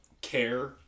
care